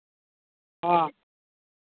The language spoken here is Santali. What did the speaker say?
ᱦᱮᱸ